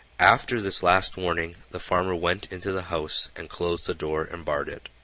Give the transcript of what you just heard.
after this last warning, the farmer went into the house and closed the door and barred it.